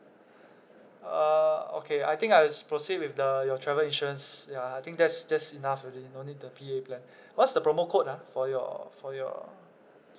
uh okay I think I just proceed with the your travel insurance ya I think that's that's enough already no need the P_A plan what's the promo code ah for your for your